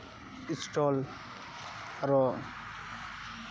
stall ᱟᱨᱚ